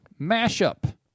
mashup